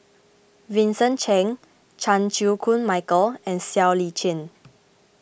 Vincent Cheng Chan Chew Koon Michael and Siow Lee Chin